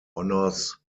honours